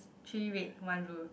three red one blue